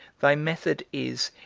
thy method is,